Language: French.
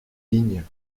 ligne